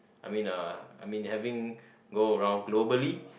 I mean uh I mean having go around globally